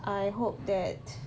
I hope that